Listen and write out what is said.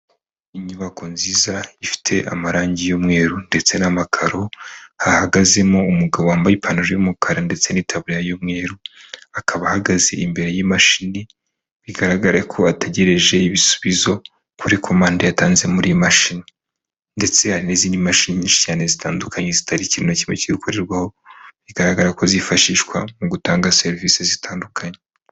Inyubako nziza ifite amarangi y'umweru ndetse n'amakaro, hahagazemo umugabo wambaye ipantaro y'umukara ndetse n'itaburiya y'umweru, akaba ahagaze imbere y'imashini bigaragara ko ategereje ibisubizo kuri komande yatanze muri iyi mashini, ndetse hari n'izindi mashini nyinshi cyane zitandukanye zitariho ikintu na kimwe kiri gukorerwaho; bigaragara ko zifashishwa mu gutanga serivisi zitandukanye.